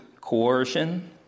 coercion